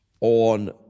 on